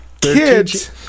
kids